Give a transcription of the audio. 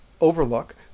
Overlook